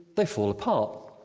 they fall apart,